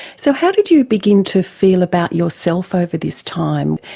so how did you begin to feel about yourself over this time?